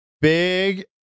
big